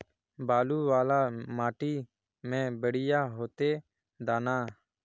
बालू वाला माटी में बढ़िया होते दाना?